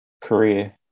career